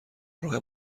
راه